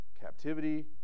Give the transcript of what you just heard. captivity